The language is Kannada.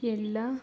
ಎಲ್ಲ